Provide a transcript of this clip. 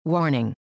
Warning